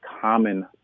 common